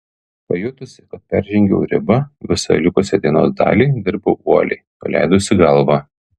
pajutusi kad peržengiau ribą visą likusią dienos dalį dirbau uoliai nuleidusi galvą